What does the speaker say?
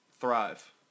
thrive